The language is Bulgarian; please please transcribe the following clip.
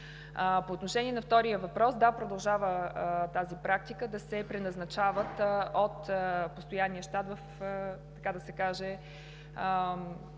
По отношение на втория въпрос. Да, продължава практиката да се преназначават от постоянния щат, така да се каже,